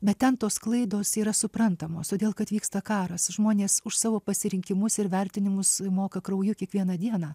bet ten tos klaidos yra suprantamos todėl kad vyksta karas žmonės už savo pasirinkimus ir vertinimus moka krauju kiekvieną dieną